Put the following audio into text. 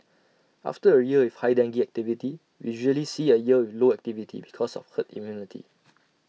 after A year with high dengue activity we usually see A year with low activity because of herd immunity